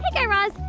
like guy raz.